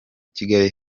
kigali